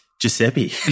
Giuseppe